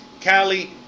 Cali